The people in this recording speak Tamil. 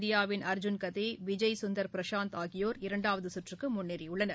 இந்தியாவின் அர்ஜுன் கதே விஜய் சுந்தர் பிரசாந்த் ஆகியோர் இரண்டாவது சுற்றுக்கு முன்னேறியுள்ளனர்